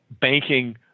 banking